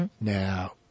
Now